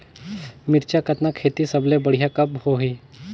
मिरचा कतना खेती सबले बढ़िया कब होही?